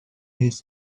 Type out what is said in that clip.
his